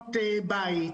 בחינות בית,